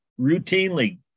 routinely